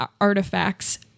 artifacts